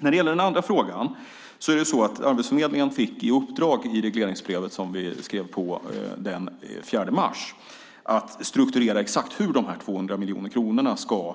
När det gäller den andra frågan är det så att Arbetsförmedlingen fick i uppdrag i regleringsbrevet som vi skrev på den 4 mars att strukturera exakt hur de här 200 miljoner kronorna ska